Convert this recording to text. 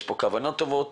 יש כוונות טובות,